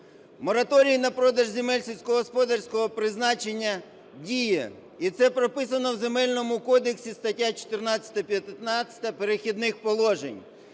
Мораторій на продаж земель сільськогосподарського призначення діє, і це прописано в Земельному кодексі (стаття 14, 15 "Перехідних положень").